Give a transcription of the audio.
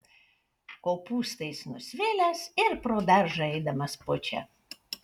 kopūstais nusvilęs ir pro daržą eidamas pučia